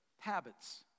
habits